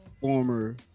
former